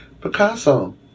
Picasso